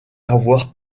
avoir